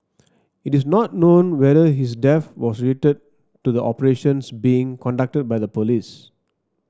it is not known whether his death was related to the operations being conducted by the police